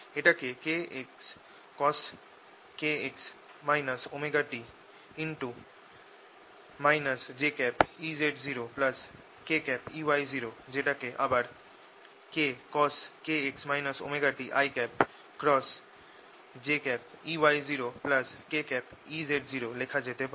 এটাকে kcos kx ωt jEz0kEy0 যেটাকে আবার kcos kx ωt i×jEy0kEz0 লেখা যেতে পারে